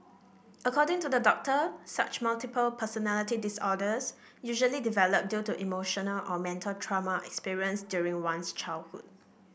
according to the doctor such multiple personality disorders usually develop due to emotional or mental trauma experienced during one's childhood